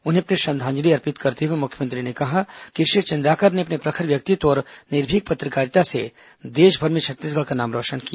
उन्हें अपनी श्रद्वांजलि अर्पित करते हुए मुख्यमंत्री ने कहा कि श्री चंद्राकर ने अपने प्रखर व्यक्तित्व और निर्भीक पत्रकारिता से देशभर में छत्तीसगढ़ का नाम रौशन किया